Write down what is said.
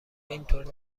اینطور